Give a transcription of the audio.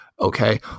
okay